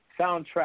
soundtrack